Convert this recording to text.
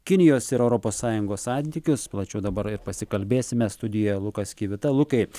kinijos ir europos sąjungos santykius plačiau dabar ir pasikalbėsime studijoje lukas kivita lukai